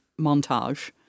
montage